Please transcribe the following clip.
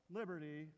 liberty